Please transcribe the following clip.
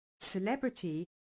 celebrity